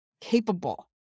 capable